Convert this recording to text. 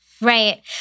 Right